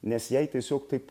nes jai tiesiog taip